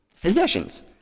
Possessions